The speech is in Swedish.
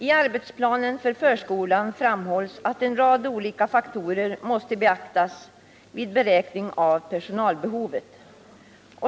I arbetsplanen för förskolan framhålls att en rad olika faktorer måste beaktas vid beräkning av personalbehovet.